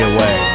Away